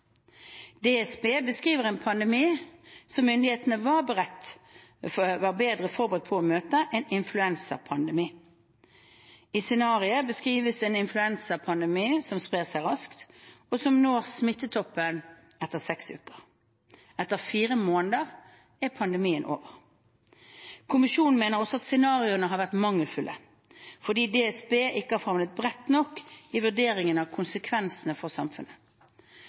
DSB beskriver en pandemi som myndighetene var bedre forberedt på å møte: en influensapandemi. I scenarioet beskrives en influensapandemi som sprer seg raskt, og som når smittetoppen etter seks uker. Etter fire måneder er pandemien over. Kommisjonen mener også at scenarioene har vært mangelfulle fordi DSB ikke har favnet bredt nok i vurderingen av konsekvensene for samfunnet.